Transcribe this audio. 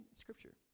Scripture